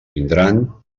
vindran